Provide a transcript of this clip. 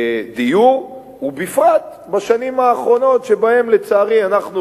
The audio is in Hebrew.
הדיור, ובפרט בשנים האחרונות שבהן, לצערי, אנחנו